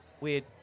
weird